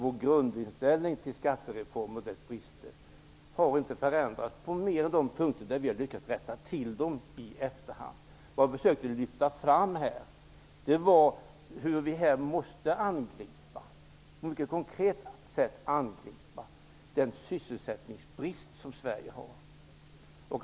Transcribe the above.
Vår grundinställning till skattereformen och dess brister har inte förändrats annat än på de punkter där vi har lyckats rätta till dem i efterhand. Jag försökte lyfta fram hur vi på ett konkret sätt måste angripa den sysselsättningsbrist som finns i Sverige.